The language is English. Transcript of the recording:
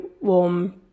warm